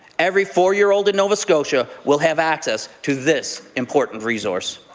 every four year old in nova scotia will have access to this important resource.